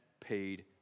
paid